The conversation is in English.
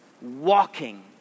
walking